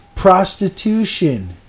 prostitution